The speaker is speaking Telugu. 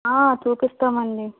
చూపిస్తామండి